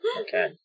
Okay